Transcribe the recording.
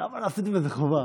למה לא עשיתם את זה חובה?